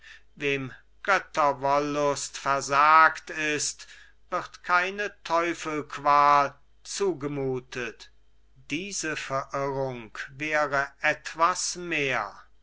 götterwollust versagt ist wird keine teufelqual zugemutet diese verirrung wäre etwas mehr